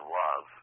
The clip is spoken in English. love